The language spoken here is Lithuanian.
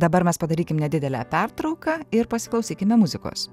dabar mes padarykim nedidelę pertrauką ir pasiklausykime muzikos